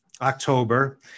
October